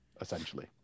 essentially